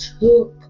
took